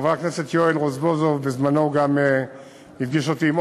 חבר הכנסת יואל רזבוזוב בזמנו גם הפגיש אותי עם